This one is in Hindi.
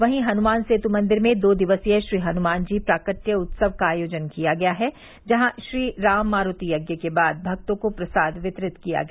वहीं हनुमान सेतु मंदिर में दो दिवसीय श्री हनुमान जी प्राकट्य उत्सव का आयोजन किया गया है जहां श्री राम मारूति यज्ञ के बाद भक्तों को प्रसाद वितरित किया गया